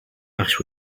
ash